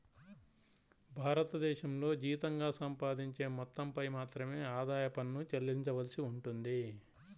భారతదేశంలో జీతంగా సంపాదించే మొత్తంపై మాత్రమే ఆదాయ పన్ను చెల్లించవలసి ఉంటుంది